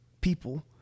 people